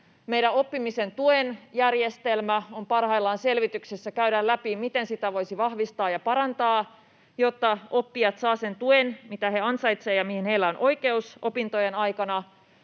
Meidän oppimisen tuen järjestelmä on parhaillaan selvityksessä: käydään läpi, miten sitä voitaisiin vahvistaa ja parantaa, jotta oppijat saavat sen tuen, mitä he ansaitsevat ja mihin heillä on oikeus opintojen aikana.